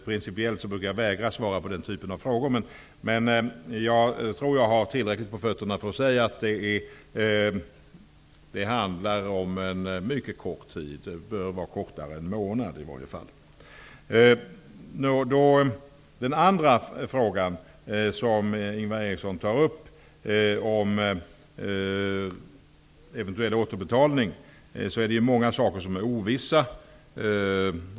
Principiellt brukar jag vägra att svara på den typen av frågor. Men nu tror att jag har tillräckligt på fötterna för att säga att det handlar om en mycket kort tid -- det bör i varje fall vara kortare än en månad. Ingvar Eriksson tar upp frågan om eventuell återbetalning. Det är många saker som är ovissa.